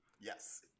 Yes